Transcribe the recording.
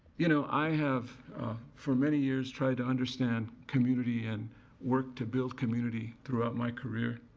you know, i have for many years tried to understand community and work to build community throughout my career